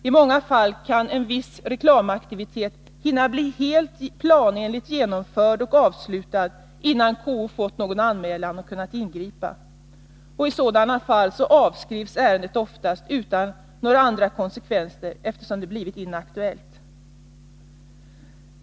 I många fall kan en viss reklamaktivitet hinna bli helt planenligt genomförd och avslutad innan KO fått någon anmälan och kunnat ingripa. I sådana fall avskrivs ärendet oftast utan några andra konsekvenser, eftersom det blivit ”inaktuellt”.